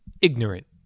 ignorant